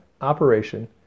operation